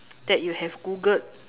that you have googled